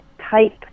type